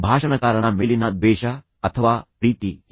ಭಾಷಣಕಾರನ ಮೇಲಿನ ದ್ವೇಷ ಅಥವಾ ಪ್ರೀತಿ ಎರಡೂ ರೀತಿಯಲ್ಲಿ ಹಾನಿಕಾರಕವಾಗಿರುತ್ತದೆ